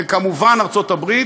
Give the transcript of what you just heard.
וכמובן ארצות-הברית,